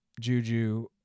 juju